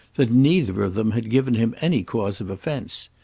that neither of them had given him any cause of offence.